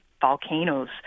volcanoes